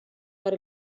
per